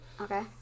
Okay